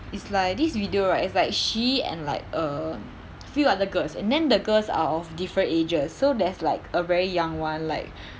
it's like this video right it's like she and like a few other girls and then the girls are of different ages so there's like a very young [one] like